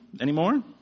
anymore